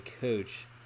coach